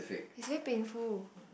it's very painful